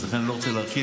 לכן אני לא רוצה להרחיב.